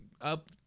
up